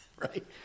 right